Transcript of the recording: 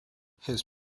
his